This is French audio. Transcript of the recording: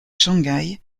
shanghai